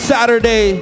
Saturday